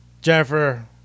Jennifer